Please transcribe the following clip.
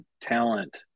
talent